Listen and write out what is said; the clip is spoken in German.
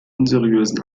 unseriösen